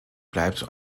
bleibt